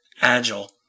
Agile